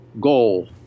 goal